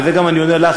וזה אני גם עונה לך,